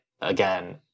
again